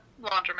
laundromat